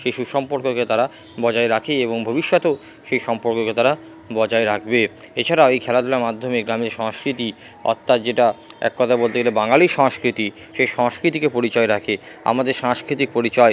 সেই সুসম্পর্ককে তারা বজায় রাখে এবং ভবিষ্যতেও সেই সম্পর্ককে তারা বজায় রাখবে এছাড়াও এই খেলাধুলার মাধ্যমে গ্রামে সংস্কৃতি অর্থাৎ যেটা এক কথায় বলতে গেলে বাঙালির সংস্কৃতি সেই সংস্কৃতিকে পরিচয় রাখে আমাদের সাংস্কিতিক পরিচয়